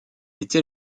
était